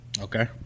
Okay